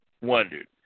wondered